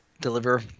deliver